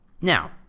now